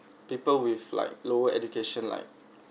people with like lower education like